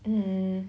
umm